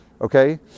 Okay